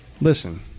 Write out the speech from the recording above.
listen